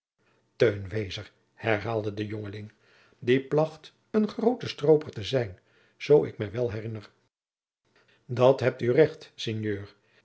herhaalde de jongeling die plach een groote strooper te zijn zoo ik mij wel herinner dat heit oe recht